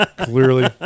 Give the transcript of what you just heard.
Clearly